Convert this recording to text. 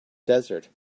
desert